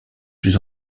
plus